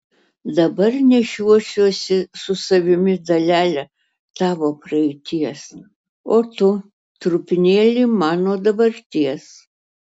dabar nešiosiuosi su savimi dalelę tavo praeities o tu trupinėlį mano dabarties